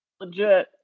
Legit